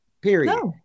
Period